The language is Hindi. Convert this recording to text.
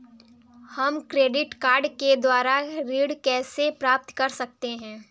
हम क्रेडिट कार्ड के द्वारा ऋण कैसे प्राप्त कर सकते हैं?